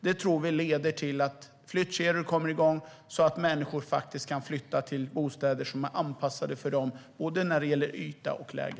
Det tror vi leder till att flyttkedjor kommer igång så att människor kan flytta till bostäder som är anpassade till dem både vad gäller yta och läge.